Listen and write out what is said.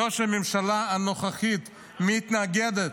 זה שהממשלה הנוכחית מתנגדת